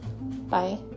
Bye